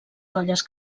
colles